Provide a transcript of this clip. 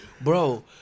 Bro